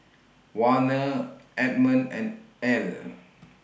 Warner Edmond and Ell